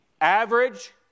average